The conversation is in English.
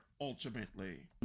ultimately